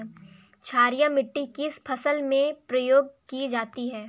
क्षारीय मिट्टी किस फसल में प्रयोग की जाती है?